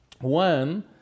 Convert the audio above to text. one